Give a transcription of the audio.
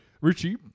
Richie